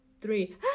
three